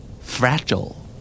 Fragile